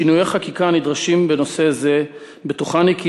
שינויי חקיקה הנדרשים בנושא זה בטוחני כי